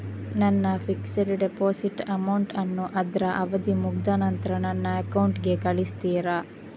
ನನ್ನ fixed deposit amount ಅನ್ನು ಅದ್ರ ಅವಧಿ ಮುಗ್ದ ನಂತ್ರ ನನ್ನ ಅಕೌಂಟ್ ಗೆ ಕಳಿಸ್ತೀರಾ?